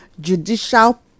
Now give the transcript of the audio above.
judicial